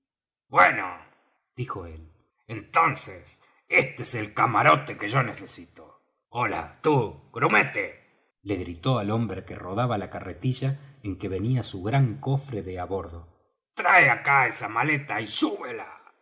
bueno dijo él entonces este es el camarote que yo necesito hola tú grumete le gritó al hombre que rodaba la carretilla en que venía su gran cofre de á bordo trae acá esa maleta y súbela